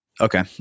Okay